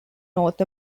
north